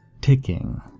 ticking